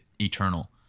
eternal